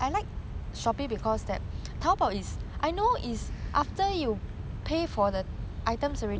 mm